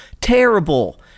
terrible